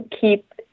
keep